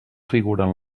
figuren